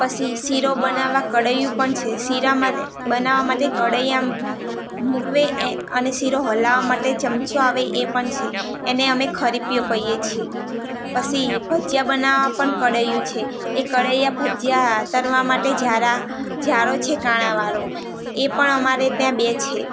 પછી શીરો બનાવવા કઢાઈઓ પણ છે શીરા માટે બનાવવા માટે કઢાઇ આમ મૂકીએ એ અને શીરો હલાવવા માટે ચમચો આવે એ પણ છે એને અમે ખુરપીયો કહીએ છીએ પછી ભજીયા બનાવવા પણ કઢાઇયું છે એ કઢાયા ભજીયા તળવા માટે ઝારા ઝારો છે કાણાંવાળો એ પણ અમારે ત્યાં બે છે